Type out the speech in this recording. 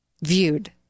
Viewed